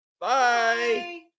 bye